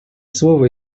слово